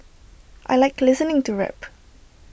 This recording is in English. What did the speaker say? I Like listening to rap